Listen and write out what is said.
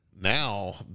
Now